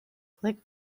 click